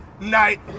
night